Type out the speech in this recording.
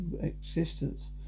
existence